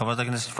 חברת הכנסת פרקש.